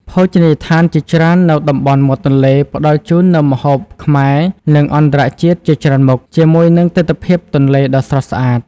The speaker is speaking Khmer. ភោជនីយដ្ឋានជាច្រើននៅតំបន់មាត់ទន្លេ ផ្តល់ជូននូវម្ហូបខ្មែរ និងអន្តរជាតិជាច្រើនមុខ ជាមួយនឹងទិដ្ឋភាពទន្លេដ៏ស្រស់ស្អាត។